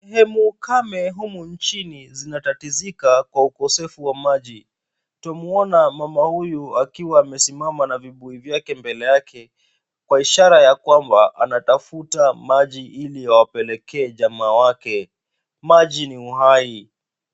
Sehemu kame humu nchini zinatatizika ukosefu wa maji, tunamuona mama huyu akiwa amesimama na vibuyu vyake mbele yake kwa ishara ya kwamba anatafuta maji ili awapelekee jamaa wake, maji ni uhai.